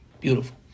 Beautiful